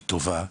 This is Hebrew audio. היא טובה,